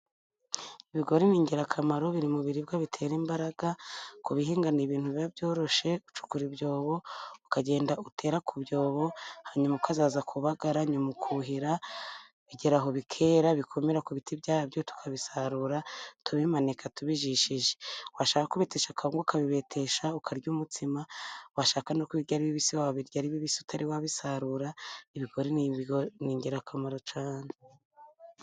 Ibigori ni ingirakamaro biri mu biribwa bitera imbaraga, ku bihinga ni ibintu biba byoroshye, gucukura ibyobo ukagenda utera ku byobo, hanyuma ukazaza kubagara, nyuma ukuhira, bigeraho bikera bikumira ku biti byabyo, tukabisarura, tubimanika tubijishije, washaka kubetesha kawunga ukabibetesha ukarya umutsima, washaka no kubirya ari bibisi wabirya ari bibisi, utari wabisarura, ibigori ni ingirakamaro cyane.